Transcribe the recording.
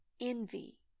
envy